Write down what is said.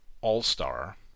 all-star